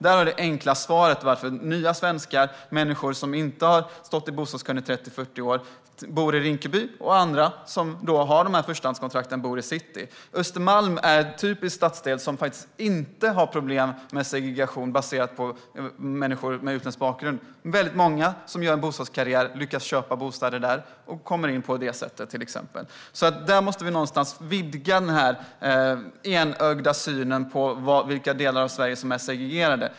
Det är det enkla svaret på varför nya svenskar och människor som inte har stått i bostadskön i 30-40 år bor i Rinkeby och varför människor som har förstahandskontrakt bor i city. Östermalm är en typisk stadsdel som faktiskt inte har problem med segregering baserad på människor med utländsk bakgrund. Väldigt många som gör en bostadskarriär lyckas köpa bostäder där och kommer in till exempel på detta sätt. Vi måste vidga det enögda sättet att se på vilka delar av Sverige som är segregerade.